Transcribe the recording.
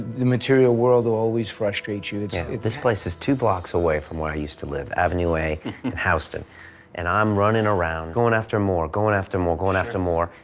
the material world will always frustrates you, it's this place is two blocks away from where i used to live, avenue a and housestead and i'm running around, going after more, going after more, going after more.